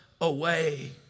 away